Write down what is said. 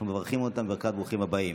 אנחנו מברכים אותם בברכת ברוכים הבאים.